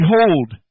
behold